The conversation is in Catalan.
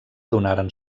donaren